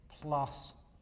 plus